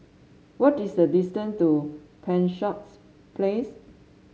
what is the distance to Penshurst Place